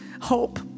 hope